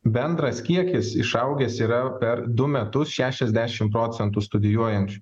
bendras kiekis išaugęs yra per du metus šešiasdešimt procentų studijuojančių